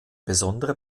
besondere